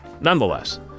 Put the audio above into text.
Nonetheless